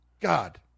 God